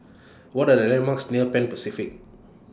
What Are The landmarks near Pan Pacific